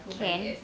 can